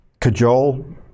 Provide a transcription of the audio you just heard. cajole